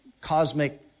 cosmic